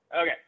Okay